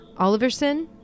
Oliverson